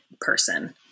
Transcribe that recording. person